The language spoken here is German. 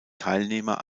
teilnehmer